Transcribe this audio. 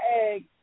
egg